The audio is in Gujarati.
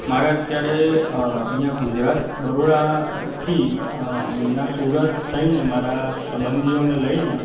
મારે અત્યારે અહીંયા ગુજરાત બરોડાથી અહીંયા સુરત થઈને મારા સંબંધીઓને લઈને